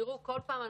ירושלים,